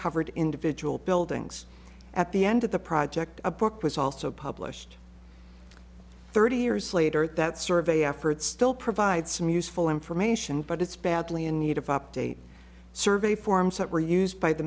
covered individual buildings at the end of the project a book was also published thirty years later that survey efforts still provide some useful information but it's badly in need of update survey forms that were used by the